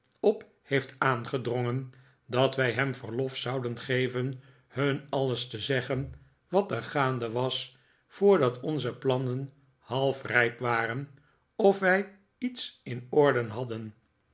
op heeft aangedrongen dat wij hem verlof zouden geven hun alles te zeggen wat er gaande was voordat onze plannen half rijp waren of wij iets in orde hadden